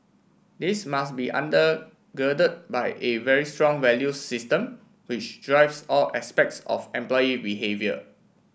this must be under gird by a very strong value system which drives all aspects of employee behaviour